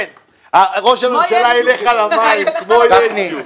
ראש הממשלה ילך על המים כמו ישו.